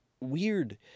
weird